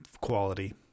quality